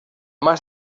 más